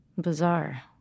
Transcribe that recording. bizarre